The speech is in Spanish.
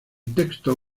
texto